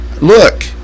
Look